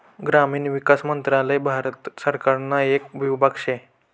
ग्रामीण विकास मंत्रालय भारत सरकारना येक विभाग शे